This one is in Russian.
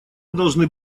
должны